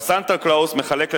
אבל סנטה-קלאוס מחלק לכולם.